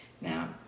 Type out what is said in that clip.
Now